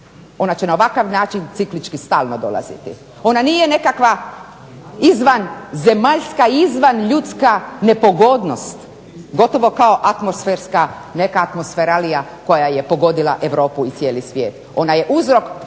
Ona će na ovakav način ciklički stalno dolaziti. Ona nije nekakva izvanzemaljska i izvanljudska nepogodnost gotovo ako neka atmosferalija koja je pogodila Europu i cijeli svijet. Ona je uzrok